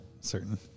certain